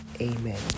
amen